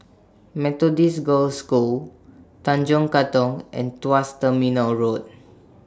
Methodist Girls' School Tanjong Katong and Tuas Terminal Road